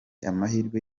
amahirwe